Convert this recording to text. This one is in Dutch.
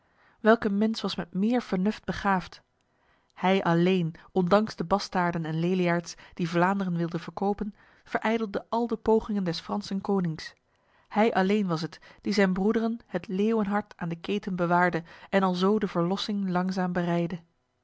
welke mens was met meer vernuft begaafd hij alleen ondanks de bastaarden en leliaards die vlaanderen wilden verkopen verijdelde al de pogingen des fransen konings hij alleen was het die zijn broederen het leeuwenhart aan de keten bewaarde en alzo de verlossing langzaam bereidde